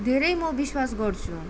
धेरै म विश्वास गर्छु